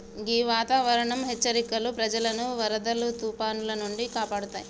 గీ వాతావరనం హెచ్చరికలు ప్రజలను వరదలు తుఫానాల నుండి కాపాడుతాయి